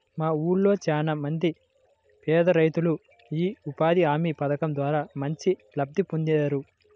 మా ఊళ్ళో చానా మంది పేదరైతులు యీ ఉపాధి హామీ పథకం ద్వారా మంచి లబ్ధి పొందేరు